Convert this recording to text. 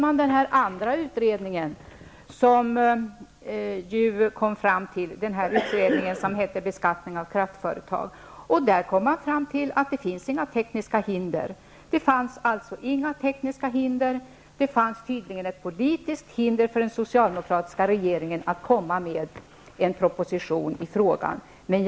Således tillsattes ytterligare en utredning under titeln Beskattning av kraftföretag. I den utredningen kom man fram till att det inte fanns några tekniska hinder. Men tydligen fanns det ett politiskt hinder för den socialdemokratiska regeringen att komma med en proposition i detta sammanhang.